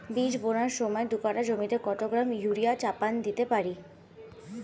বীজ বোনার সময় দু কাঠা জমিতে কত গ্রাম ইউরিয়া চাপান দিতে পারি?